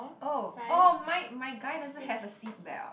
oh oh mine my guy doesn't have a seatbelt